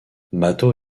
mato